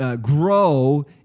grow